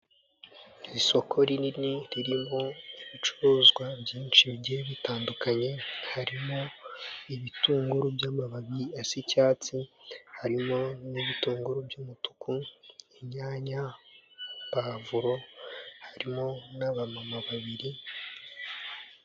Isoko rinini ririmo ibicuruzwa byinshi bigiye bitandukanye harimo ibitunguru by'amababi asa icyatsi, harimo n'ibitunguru by'umutuku, inyanya, pavuro, harimo n'aba mama babiri.